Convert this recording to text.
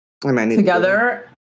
together